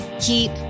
Keep